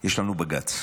יש לנו בג"ץ.